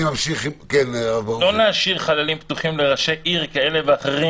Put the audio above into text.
לא להשאיר חללים פתוחים לראשי עיר כאלה ואחרים,